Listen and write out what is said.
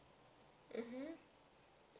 mmhmm